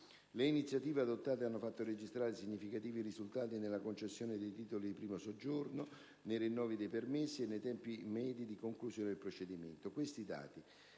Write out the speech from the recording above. Le iniziative adottate hanno fatto registrare significativi risultati nella concessione dei titoli di primo soggiorno, nei rinnovi dei permessi e nei tempi medi di conclusione del procedimento.